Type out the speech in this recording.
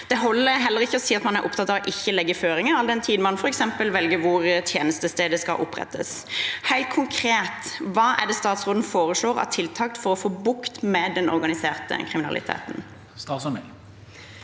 Det holder heller ikke å si at man er opptatt av å ikke legge føringer, all den tid man f.eks. velger hvor tjenestestedet skal opprettes. Helt konkret: Hva er det statsråden foreslår av tiltak for å få bukt med den organiserte kriminaliteten? Statsråd